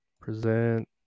present